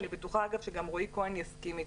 ואני בטוחה שגם רועי כהן יסכים איתי.